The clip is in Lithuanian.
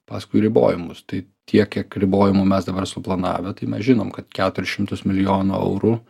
paskui ribojimus tai tiek kiek ribojimų mes dabar suplanavę tai mes žinom kad keturis šimtus milijonų eurų